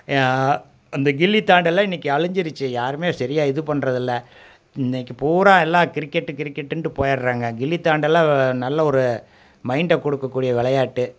அந்த கில்லி தாண்டெல்லாம் இன்றைக்கி அழிஞ்சிருச்சி யாருமே சரியாக இது பண்ணுறதில்ல இன்றைக்கி பூரா எல்லாம் கிரிக்கெட்டு கிரிக்கெட்டுன்ட்டு போயிடுறாங்க கில்லி தாண்டெல்லாம் நல்ல ஒரு மைண்டை கொடுக்க கூடிய விளையாட்டு